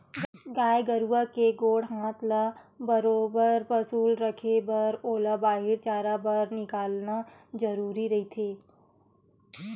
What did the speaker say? गाय गरुवा के गोड़ हात ल बरोबर पसुल रखे बर ओला बाहिर चराए बर निकालना जरुरीच रहिथे